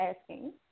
asking